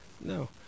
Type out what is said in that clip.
No